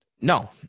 No